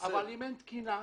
אם אין תקינה,